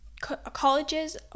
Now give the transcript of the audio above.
colleges